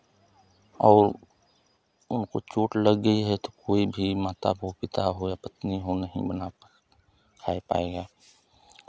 और उनको चोट लग गई है तो कोई भी माता हो पिता हो या पत्नी हो नहीं बना पाएगा